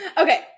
okay